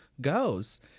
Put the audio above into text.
goes